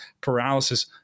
paralysis